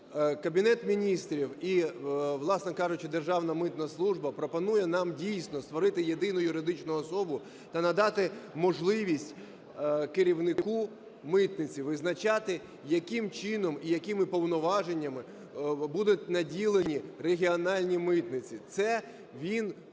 Кабінет Міністрів і, власне кажучи, Державна митна служба пропонує нам дійсно створити єдину юридичну особу та надати можливість керівнику митниці визначати, яким чином і якими повноваженнями будуть наділені регіональні митниці. Це він буде